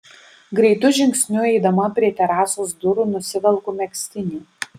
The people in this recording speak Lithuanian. greitu žingsniu eidama prie terasos durų nusivelku megztinį